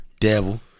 devil